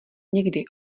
někdy